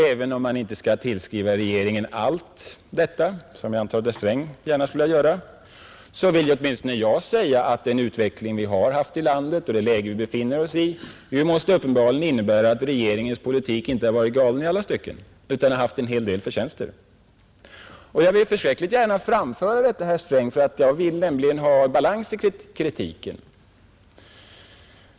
Även om man inte skall tillskriva regeringen allt detta, som jag antar att herr Sträng gärna skulle vilja göra, vill jag åtminstone säga att den utveckling vi har haft i landet och det läge vi befinner oss i uppenbarligen måste innebära att regeringens politik inte har varit galen i alla stycken utan har haft en hel del förtjänster. Jag vill mycket gärna framföra detta, herr Sträng — jag vill nämligen ha balans i kritiken.